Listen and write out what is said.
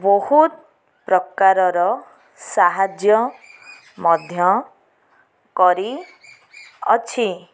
ବହୁତ ପ୍ରକାରର ସାହାଯ୍ୟ ମଧ୍ୟ କରିଅଛି